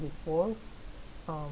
before um